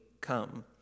come